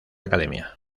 academia